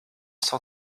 cent